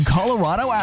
Colorado